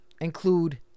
include